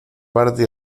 parte